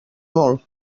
molt